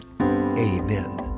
amen